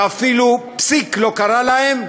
ואפילו פסיק לא קרה להם,